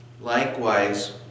Likewise